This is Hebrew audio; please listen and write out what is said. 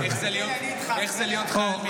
-- איך זה להיות חייל מילואים.